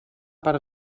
per